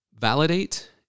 validate